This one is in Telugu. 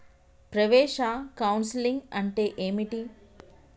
ప్రవేశ కౌన్సెలింగ్ అంటే ఏమిటి?